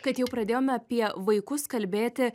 kad jau pradėjome apie vaikus kalbėti